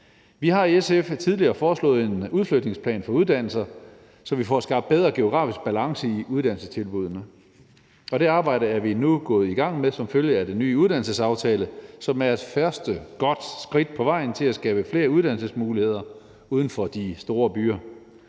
Vi har i SF tidligere foreslået en udflytningsplan for uddannelser, så vi får skabt bedre geografisk balance i uddannelsestilbuddene. Det arbejde er vi nu gået i gang med som følge af den nye uddannelsesaftale, som er et godt første skridt på vejen til at skabe flere uddannelsesmuligheder uden for de store byer.